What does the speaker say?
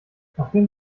nachdem